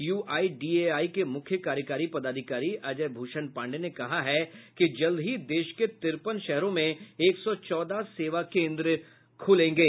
UIDAI के मुख्य कार्यकारी पदाधिकारी अजय भूषण पांडेय ने कहा है कि जल्द ही देश के तिरपन शहरों में एक सौ चौदह सेवा केन्द्र खुलेंगे